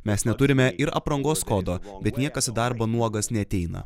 mes neturime ir aprangos kodo bet niekas į darbą nuogas neateina